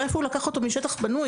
אולי אפילו הוא לקח אותו משטח בנוי.